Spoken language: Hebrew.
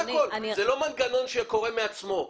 זה לא מנגנון שקורה מעצמו.